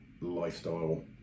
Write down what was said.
lifestyle